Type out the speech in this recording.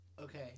Okay